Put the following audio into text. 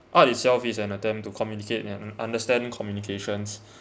art itself is an attempt to communicate and understand communications